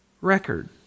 record